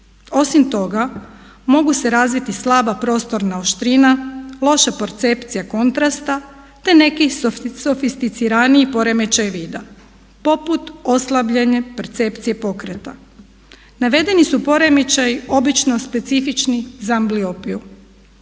Osim toga mogu se razviti slaba prostorna oštrina, loša percepcija kontrasta te neki sofisticiraniji poremećaji vida poput oslabljene percepcije pokreta. Navedeni su poremećaji obično specifični za ambliopiju.